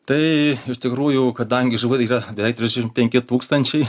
tai iš tikrųjų kadangi žuvų yra beveik trisdešimt penki tūkstančiai